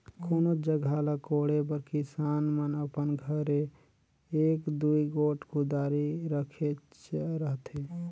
कोनोच जगहा ल कोड़े बर किसान मन अपन घरे एक दूई गोट कुदारी रखेच रहथे